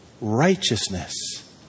Righteousness